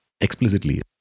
explicitly